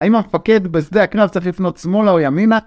האם המפקד בשדה הקרב צריך לפנות שמאלה או ימינה?